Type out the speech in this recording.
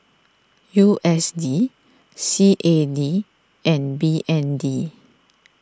U S D C A D and B N D